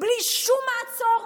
בלי שום מעצור,